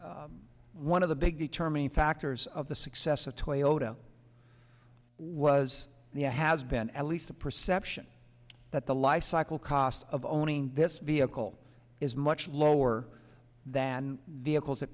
one of the big determining factors of the success of toyota was the it has been at least a perception that the lifecycle costs of owning this vehicle is much lower than the a holes that